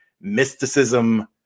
mysticism